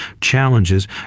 challenges